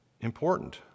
important